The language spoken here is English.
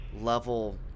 level